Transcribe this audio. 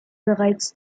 bereits